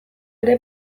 ere